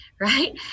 right